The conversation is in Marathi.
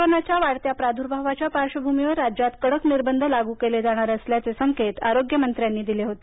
कोरोनाच्या वाढत्या प्रादुर्भावाच्या पार्श्वभूमीवर राज्यात कडक निर्बंध लागू केले जाणार असल्याचे संकेत आरोग्य मंत्र्यांनी दिले होते